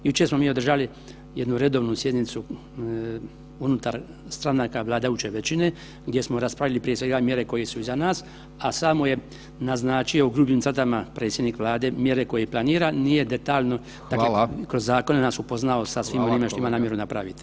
Jučer smo mi održali jednu redovnu sjednicu unutar stranaka vladajuće većine gdje smo raspravili prije svega mjere koje su iza nas, a samo je naznačio u grubim crtama predsjednik Vlade mjere koje planira, nije detaljno [[Upadica: Hvala]] dakle kroz zakone nam upoznao sa svime onime što ima namjeru napraviti.